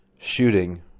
shooting